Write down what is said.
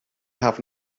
have